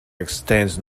extends